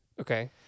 okay